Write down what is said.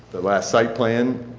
the last site plan,